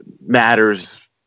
matters